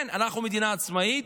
כן, אנחנו מדינה עצמאית,